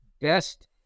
best